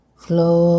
flow